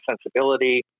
sensibility